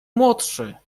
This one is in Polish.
młodszy